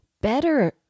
better